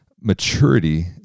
maturity